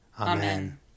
Amen